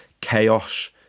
chaos